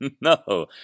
No